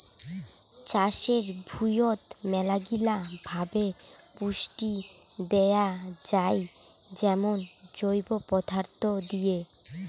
চাষের ভুঁইয়ত মেলাগিলা ভাবে পুষ্টি দেয়া যাই যেমন জৈব পদার্থ দিয়ে